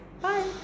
Bye